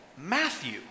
Matthew